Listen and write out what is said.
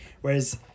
whereas